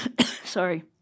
Sorry